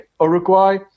Uruguay